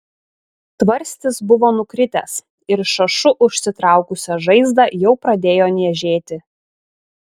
tvarstis buvo nukritęs ir šašu užsitraukusią žaizdą jau pradėjo niežėti